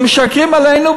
הם משקרים לנו,